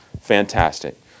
Fantastic